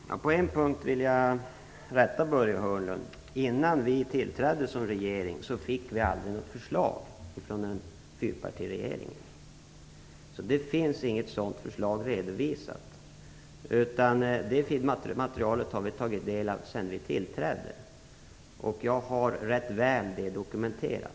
Fru talman! På en punkt vill jag rätta Börje Hörnlund: Vi fick aldrig något förslag från fyrpartiregeringen innan vi tillträdde som regering. Det finns inte något sådant förslag redovisat. Det materialet har vi tagit del av sedan vi tillträdde. Jag har det ganska väl dokumenterat.